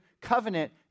covenant